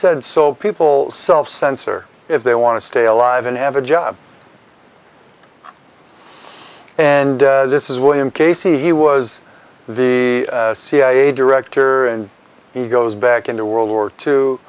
said so people self censor if they want to stay alive and have a job and this is william casey he was the cia director and he goes back into world war two